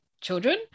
children